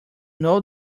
know